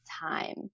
time